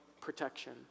protection